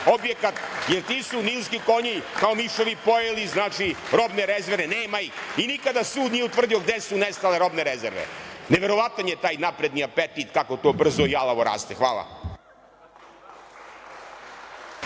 objekat jer ti su nilski konji kao miševi pojeli robne rezerve. Nema ih. Nikada sud nije utvrdio gde su nestale robne rezerve. Neverovatan je taj napredni apetit kako to brzo i alavo raste. Hvala.